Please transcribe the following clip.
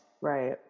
right